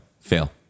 Fail